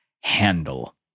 handle